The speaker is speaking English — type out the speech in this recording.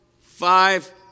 five